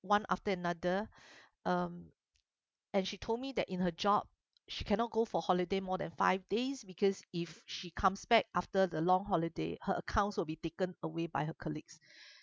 one after another um and she told me that in her job she cannot go for holiday more than five days because if she comes back after the long holiday her accounts will be taken away by her colleagues